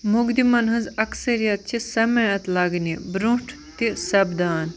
مقدِمَن ہٕنٛز اکثریت چھِ سماعت لگنہٕ برٛونٛٹھ تہِ سَپدان